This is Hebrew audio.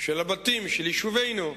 של הבתים, של יישובינו,